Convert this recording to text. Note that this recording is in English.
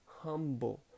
Humble